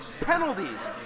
Penalties